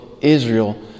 Israel